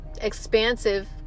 expansive